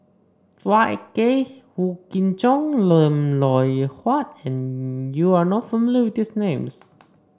Chua Ek Kay Wong Kin Jong and Lim Loh Huat You are not familiar with these names